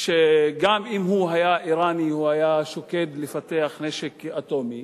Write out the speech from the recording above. שאם הוא היה אירני גם הוא היה שוקד לפתח נשק אטומי,